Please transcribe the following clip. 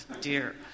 dear